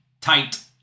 tight